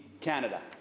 Canada